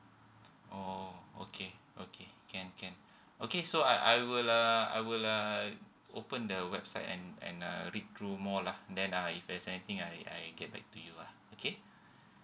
oh okay okay can can okay so I I would uh I would uh open the website and and uh read through more lah then uh if there's anything I I get back to you ah okay